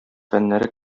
фәннәре